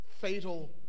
fatal